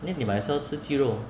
then 你 might as well 吃鸡肉